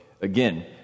Again